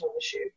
issue